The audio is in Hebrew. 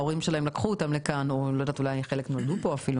ההורים שלהם לקחו אותם לכאן או שחלק אפילו נולדו פה.